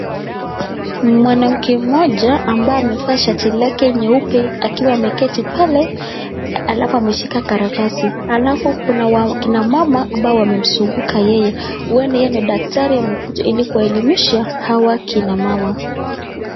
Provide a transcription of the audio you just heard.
Mwanamke moja ambaye amevaa shati lake nyeupe akiwa ameketi pale halafu ameshika karatasi. Halafu kuna wakina mama ambao wamemzunguka yeye. Huenda yeye ni daktari amekuja ili kuwaelimisha hawa kina mama.